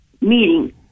meeting